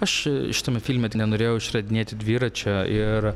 aš šitame filme tai nenorėjau išradinėti dviračio ir